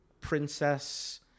princess